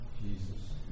Jesus